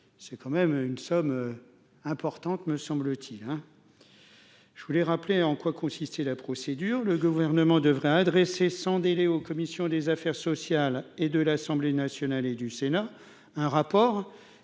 c'est quand même une somme importante, me semble-t-il, hein, je voulais rappeler en quoi consistait la procédure, le gouvernement devrait adresser sans délai aux commissions des Affaires sociales et de l'Assemblée nationale et du Sénat un rapport